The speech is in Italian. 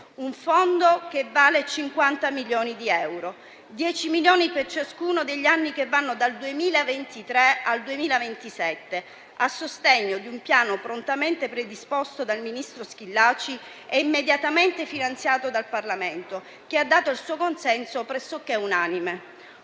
nazionale, che vale 50 milioni di euro, 10 milioni per ciascuno degli anni che vanno dal 2023 al 2027, a sostegno di un piano prontamente predisposto dal ministro Schillaci e immediatamente finanziato dal Parlamento, che ha dato il suo consenso pressoché unanime.